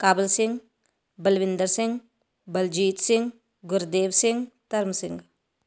Kabul Singh Balwinder Singh Baljit Singh Gurdev Singh Dharam Singh